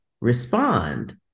respond